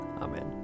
Amen